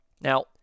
Now